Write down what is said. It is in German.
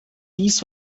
dies